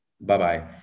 Bye-bye